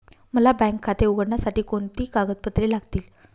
मला बँक खाते उघडण्यासाठी कोणती कागदपत्रे लागतील?